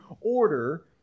order